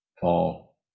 fall